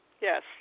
Yes